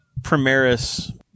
Primaris